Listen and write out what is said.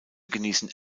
genießen